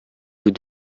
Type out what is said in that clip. vous